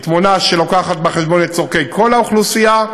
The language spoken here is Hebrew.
היא תמונה שמביאה בחשבון את צורכי כל האוכלוסייה,